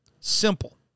Simple